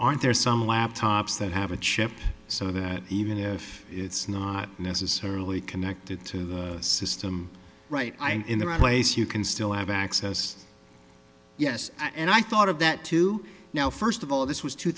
aren't there some laptops that have a chip so that even if it's not necessarily connected to the system right in the right place you can still have access yes and i thought of that too now first of all this was two